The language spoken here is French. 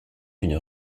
d’une